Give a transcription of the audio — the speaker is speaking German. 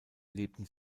lebten